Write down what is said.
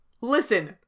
Listen